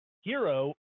hero